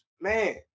man